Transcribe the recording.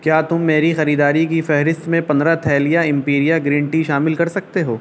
کیا تم میری خریداری کی فہرست میں پندرہ تھیلیاں ایمپیریاا گرین ٹی شامل کر سکتے ہو